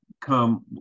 Come